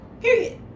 Period